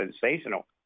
sensational